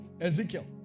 Ezekiel